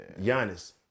Giannis